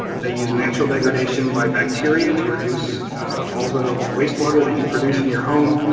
they use natural degradation by bacteria to reduce all the wastewater that you produce in your home,